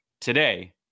today